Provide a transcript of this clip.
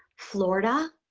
florida,